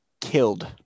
killed